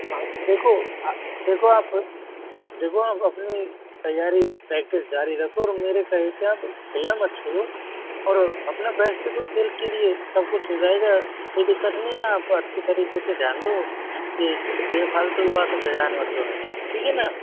हाँ देखो देखो आप देखो आप अपनी तैयारी प्रैक्टिस जारी रखो और मेरे कहे से अब खेलना मत छोड़ो और अपना बेष्ट दो खेल के लिए सब कुछ हो जाएगा कोई दिक्कत नहीं हैं आप अच्छे तरीके से ध्यान दो ये बेफालतू के बातों पे ध्यान मत दो ठीक है ना